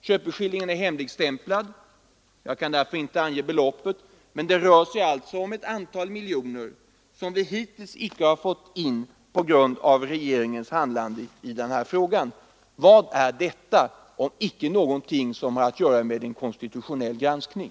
Köpeskillingens storlek är hemligstämplad, och jag kan därför tyvärr inte avslöja beloppet. Men det rör sig om ett stort antal miljoner som vi hittills icke erhållit på grund av regeringens handlande i frågan. Vad är detta om icke någonting som har att göra med en konstitutionell granskning?